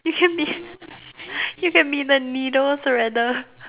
you can be you can be the needle threader